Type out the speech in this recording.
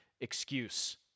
excuse